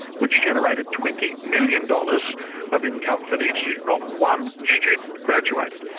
which generated twenty million dollars of income for the institute. not one student graduated.